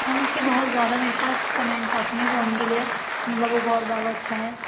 میم اُس کی بہت زیادہ میرے پاس کمینٹس آتی ہیں اُس فون کے لیے وہ بہت زیادہ اچھا ہے